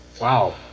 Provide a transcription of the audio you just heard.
Wow